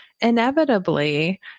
Inevitably